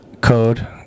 code